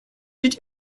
did